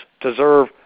deserve